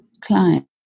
client